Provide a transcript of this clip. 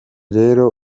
rero